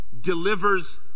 delivers